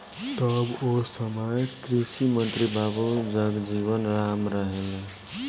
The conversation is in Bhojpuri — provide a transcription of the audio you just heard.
तब ओ समय कृषि मंत्री बाबू जगजीवन राम रहलें